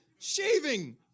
Shaving